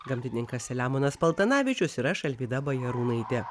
gamtininkas selemonas paltanavičius ir aš alvyda bajarūnaitė